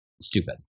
stupid